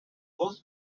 both